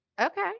Okay